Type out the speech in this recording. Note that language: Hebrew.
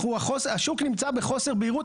השוק נמצא בחוסר בהירות,